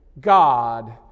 God